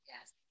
yes